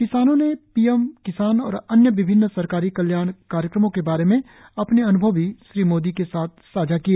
किसानों ने पीएम किसान और अन्य विभिन्न सरकारी कल्याण कार्यक्रमों के बारे में अपने अनुभव श्री मोदी के साथ साझा किए